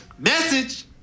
Message